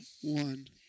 one